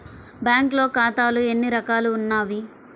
బ్యాంక్లో ఖాతాలు ఎన్ని రకాలు ఉన్నావి?